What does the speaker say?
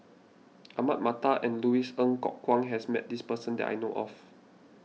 Ahmad Mattar and Louis Ng Kok Kwang has met this person that I know of